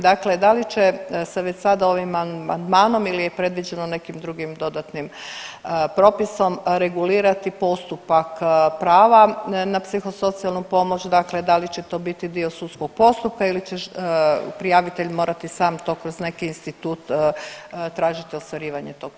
Dakle, da li će se već sada ovim amandmanom ili je predviđeno nekim drugim dodatnim propisom regulirati postupak prava na psihosocijalnu pomoć, dakle da li će to biti dio sudskog postupka ili će prijavitelj morati sam to kroz neke institut tražiti ostvarivanje tog prava.